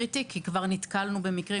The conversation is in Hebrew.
כי כבר נתקלנו במקרים,